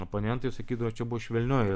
oponentai sakydavo čia bus švelnioji